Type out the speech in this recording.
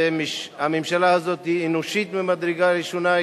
הממשלה הזאת היא אנושית ממדרגה ראשונה,